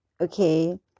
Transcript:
Okay